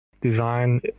design